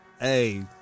Hey